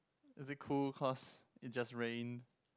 is it cool cause it just rained